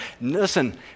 Listen